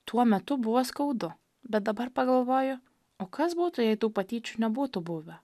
tuo metu buvo skaudu bet dabar pagalvojau o kas būtų jei tų patyčių nebūtų buvę